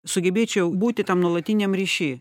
sugebėčiau būti tam nuolatiniam ryšy